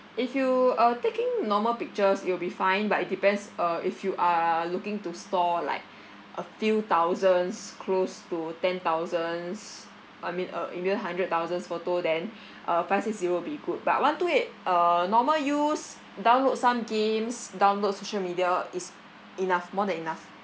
if you are taking normal pictures it'll be fine but it depends uh if you are looking to store like a few thousands close to ten thousands I mean uh even hundred thousands photo then uh five six zero will be good but one two eight uh normal use download some games download social media is enough more than enough